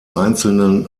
einzelnen